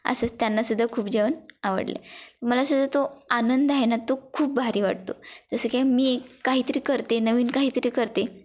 असंच त्यांनासुद्धा खूप जेवण आवडले मलासुद्धा तो आनंद आहे ना तो खूप भारी वाटतो जसं की मी काहीतरी करते नवीन काहीतरी करते